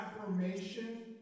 affirmation